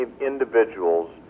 individuals